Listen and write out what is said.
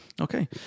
okay